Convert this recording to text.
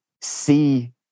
see